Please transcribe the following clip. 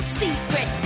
secret